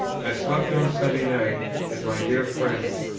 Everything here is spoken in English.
i slept on sunday night at my dear friend's,